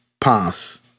pass